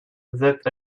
that